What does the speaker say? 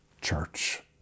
Church